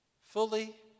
Fully